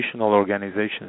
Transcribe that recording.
organizations